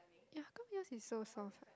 ya how come yours is so soft ah